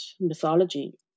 mythology